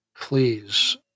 please